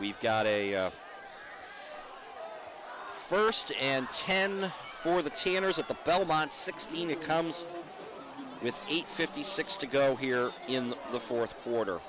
we've got a first and ten for the chanters at the belmont sixteen it comes with eight fifty six to go here in the fourth quarter